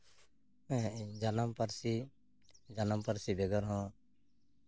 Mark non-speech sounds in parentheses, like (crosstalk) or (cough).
(unintelligible) ᱡᱟᱱᱟᱢ ᱯᱟᱹᱨᱥᱤ ᱡᱟᱱᱟᱢ ᱯᱟᱹᱨᱥᱤ ᱵᱮᱜᱚᱨ ᱦᱚᱸ